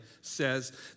says